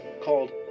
called